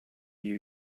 you